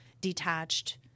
detached